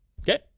Okay